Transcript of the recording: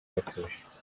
batuje